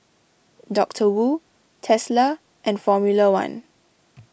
Doctor Wu Tesla and formula one